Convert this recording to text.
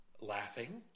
Laughing